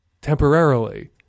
temporarily